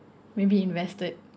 maybe invested